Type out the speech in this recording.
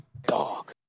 Dog